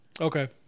Okay